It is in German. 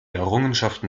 errungenschaften